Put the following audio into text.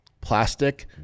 Plastic